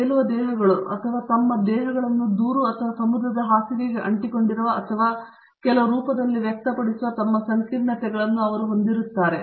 ತೇಲುವ ದೇಹಗಳು ಅಥವಾ ತಮ್ಮ ದೇಹಗಳನ್ನು ದೂರು ಅಥವಾ ಸಮುದ್ರದ ಹಾಸಿಗೆಗೆ ಅಂಟಿಕೊಂಡಿರುವ ಅಥವಾ ಕೆಲವು ರೂಪದಲ್ಲಿ ವ್ಯಕ್ತಪಡಿಸುವ ತಮ್ಮ ಸಂಕೀರ್ಣತೆಗಳನ್ನು ಅವರು ಹೊಂದಿರುತ್ತಾರೆ